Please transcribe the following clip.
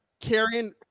carrying